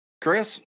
Chris